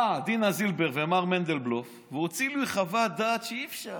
באו דינה זילבר ומר מנדלבלוף והוציאו לי חוות דעת שאי-אפשר,